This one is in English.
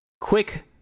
quick